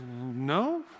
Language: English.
no